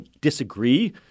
disagree